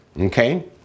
okay